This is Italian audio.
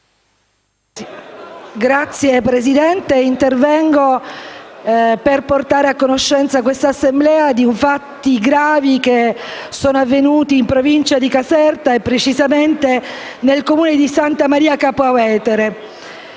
Signor Presidente, intervengo per portare a conoscenza di questa Assemblea fatti gravi avvenuti in provincia di Caserta e precisamente nel Comune di Santa Maria Capua Vetere.